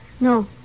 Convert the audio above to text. No